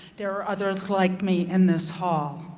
there are others like me in this hall.